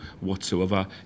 whatsoever